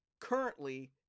currently